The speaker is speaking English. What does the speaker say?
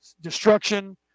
Destruction